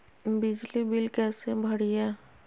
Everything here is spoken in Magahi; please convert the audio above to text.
बिजली बिल कैसे भरिए?